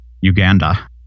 Uganda